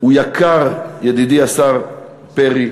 הוא יקר, ידידי השר פרי,